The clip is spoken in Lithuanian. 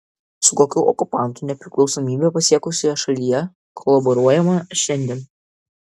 su kokiu okupantu nepriklausomybę pasiekusioje šalyje kolaboruojama šiandien